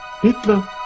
Hitler